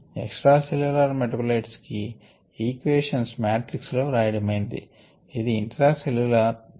extra cellular metabolites కి equations matrix లో వ్రాయడమైంది ఇది ఇంట్రా సెల్ల్యులర్ ది